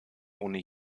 ohne